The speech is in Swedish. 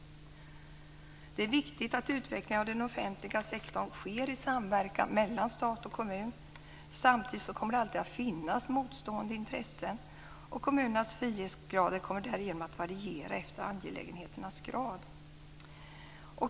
Det är viktigt att utvecklingen av den offentliga sektorn sker i samverkan mellan stat och kommun. Samtidigt kommer det alltid att finnas motstående intressen, och kommunernas frihetsgrader kommer därigenom att variera efter angelägenhetsgrad.